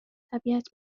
طبیعت